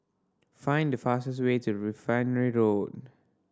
find the fastest way to Refinery Road